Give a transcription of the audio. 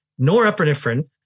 Norepinephrine